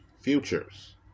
futures